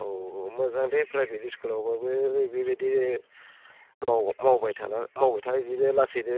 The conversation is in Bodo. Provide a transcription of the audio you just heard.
औ औ मोजां दे प्राइभेट स्कुलावब्लाबो बेबायदि मावबाय था मावबाय थानानै बिदिनो लासैनो